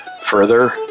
Further